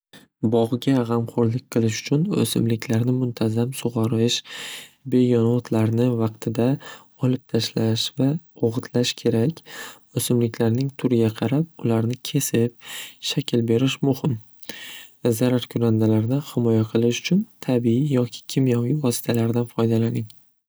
Bog'ga g'amxo'rlik qilish uchun o'simliklarni muntazam sug'orish, begona o'tlarni vaqtida olib tashlash va o'g'itlash kerak. O'simliklarning turiga qarab ularni kesib shakl berish muhim va zararkurandalardan himoya qilish uchun tabiiy yoki kimyoviy vositalardan foydalaning.